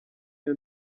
iyo